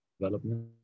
development